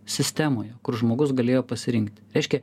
sistemoje kur žmogus galėjo pasirinkti reiškia